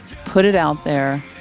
put it out there,